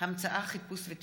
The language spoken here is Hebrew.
הצעת חוק חופשה שנתית (תיקון,